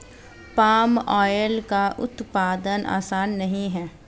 palm oil का उत्पादन आसान नहीं है